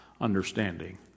understanding